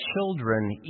children